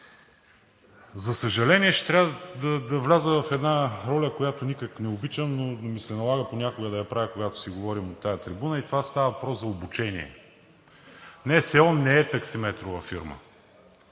За съжаление, ще трябва да вляза в една роля, която никак не обичам, но ми се налага понякога да я правя, когато си говорим от тази трибуна и това става въпрос за обучение. НСО не е таксиметрова фирма,